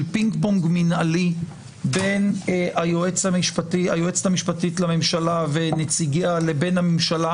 פינג-פונג מינהלי בין היועצת המשפטית לממשלה ונציגיה לבין הממשלה,